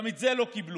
גם את זה לא קיבלו.